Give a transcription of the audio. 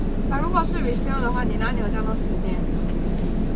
but 如果是 resale 的话你哪里有那么多时间